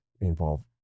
involve